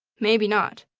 maybe not!